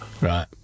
Right